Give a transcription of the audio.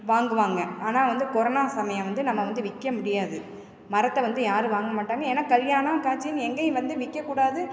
வாங்குவாங்க ஆனால் வந்து கொரோனா சமயம் வந்து நம்ம வந்து விற்க முடியாது மரத்தை வந்து யாரும் வாங்க மாட்டாங்க ஏன்னா கல்யாணம் காட்சினு எங்கேயும் வந்து விற்கக் கூடாது